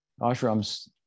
ashrams